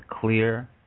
clear